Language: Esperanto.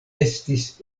estis